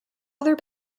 other